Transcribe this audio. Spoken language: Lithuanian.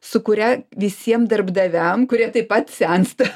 su kuria visiem darbdaviam kurie taip pat sensta